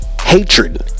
Hatred